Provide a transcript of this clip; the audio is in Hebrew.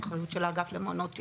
האחריות של האגף למעונות יום,